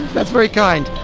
that's very kind.